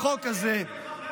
עם כניסתי לתפקיד שר החוץ,